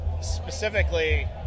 specifically